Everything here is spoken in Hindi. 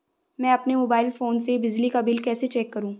मैं अपने मोबाइल फोन से बिजली का बिल कैसे चेक करूं?